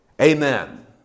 amen